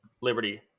Liberty